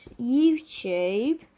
YouTube